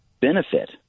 benefit